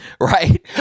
right